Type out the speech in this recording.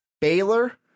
Baylor